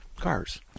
cars